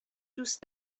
دوست